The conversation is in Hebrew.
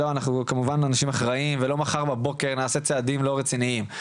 אנחנו כמובן אנשים אחראים ולא מחר בבוקר נעשה צעדים לא רציניים.